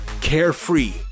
carefree